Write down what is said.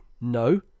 no